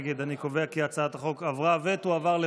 להעביר את הצעת חוק עובדים זרים (תיקון,